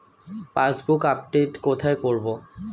Passbook update কোথায় করা হয়?